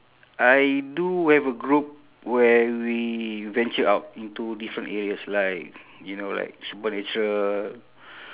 I do have a group where we venture out into different areas like you know like supernatural